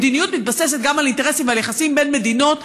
מדיניות מתבססת גם על אינטרסים ועל יחסים בין מדינות,